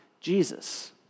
Jesus